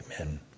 Amen